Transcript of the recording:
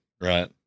right